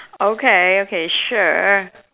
okay okay sure